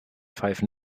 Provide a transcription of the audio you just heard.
five